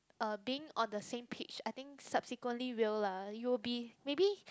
uh being on the same page I think subsequently will lah you'll be maybe